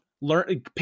Learn